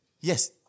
yes